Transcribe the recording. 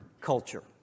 culture